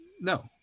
no